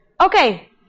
Okay